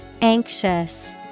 Anxious